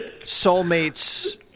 soulmates